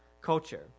culture